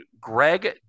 Greg